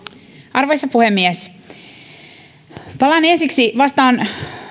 arvoisa puhemies vastaan